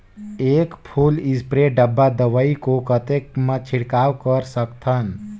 एक full spray डब्बा दवाई को कतेक म छिड़काव कर सकथन?